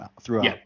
throughout